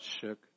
shook